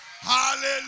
Hallelujah